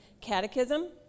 catechism